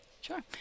Sure